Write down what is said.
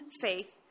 faith